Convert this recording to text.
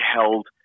held